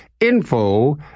info